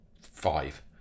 five